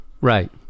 Right